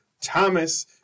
Thomas